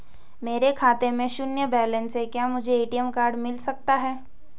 मेरे खाते में शून्य बैलेंस है क्या मुझे ए.टी.एम कार्ड मिल सकता है?